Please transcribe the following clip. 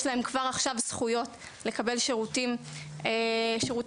להם כבר עכשיו זכויות לקבל שירותים חשובים,